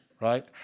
right